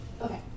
Okay